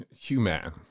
Human